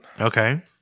Okay